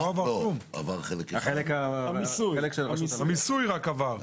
רק המיסוי עבר.